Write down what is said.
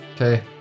Okay